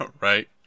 Right